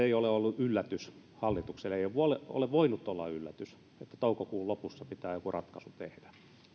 ei ole ollut yllätys hallitukselle ei ole voinut olla yllätys että toukokuun lopussa pitää joku ratkaisu tehdä